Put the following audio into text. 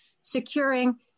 securing